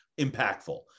impactful